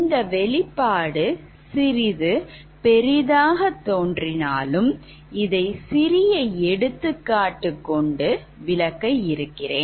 இந்த வெளிப்பாடு சிறிது பெரிதாகத் தோன்றினாலும் இதை சிறிய எடுத்துக்காட்டு கொண்டு விளக்க இருக்கிறேன்